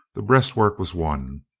the breastwork was won,